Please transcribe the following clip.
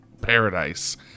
paradise